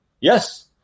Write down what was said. Yes